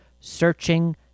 Searching